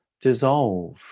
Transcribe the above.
dissolve